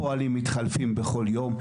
הפועלים מתחלפים בכל יום,